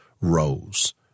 rose